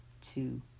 two